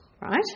right